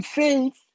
faith